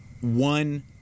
one